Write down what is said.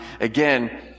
Again